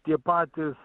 tie patys